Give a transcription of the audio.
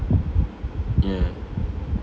ya